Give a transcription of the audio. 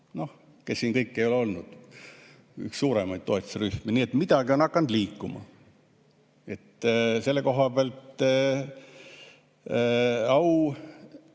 Noh, kes seal kõik ei ole olnud, see oli üks suuremaid toetusrühmi. Nii et midagi on hakanud liikuma. Selle koha pealt au